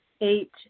Eight